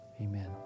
amen